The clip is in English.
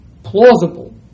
plausible